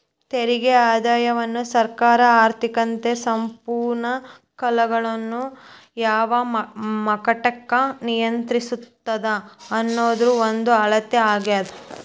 ತೆರಿಗೆ ಆದಾಯವನ್ನ ಸರ್ಕಾರ ಆರ್ಥಿಕತೆ ಸಂಪನ್ಮೂಲಗಳನ್ನ ಯಾವ ಮಟ್ಟಕ್ಕ ನಿಯಂತ್ರಿಸ್ತದ ಅನ್ನೋದ್ರ ಒಂದ ಅಳತೆ ಆಗ್ಯಾದ